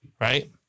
Right